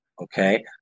Okay